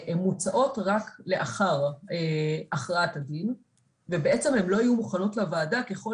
הן מוצעות רק לאחר הכרעת הדין ובעצם הן לא יהיו מוכנות לוועדה ככל